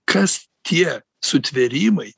kas tie sutvėrimai